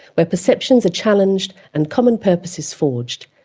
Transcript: where perceptions are challenged and common purpose is forged.